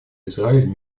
израиль